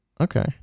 Okay